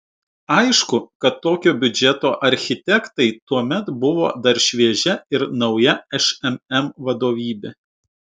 aišku kad tokio biudžeto architektai tuomet buvo dar šviežia ir nauja šmm vadovybė